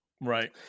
Right